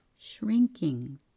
shrinking